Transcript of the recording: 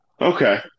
Okay